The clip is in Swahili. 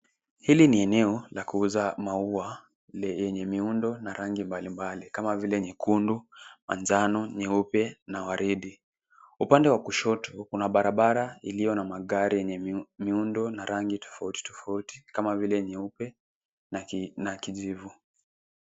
Hili ni eneo la kuuza maua lenye miundo na rangi mbalimbali kama vile nyekundu, manjano, nyeupe na waridi. Upande wa kushoto kuna barabara iliyo na magari yenye miundo na rangi tofauti tofauti kama vile nyeupe na kijivu.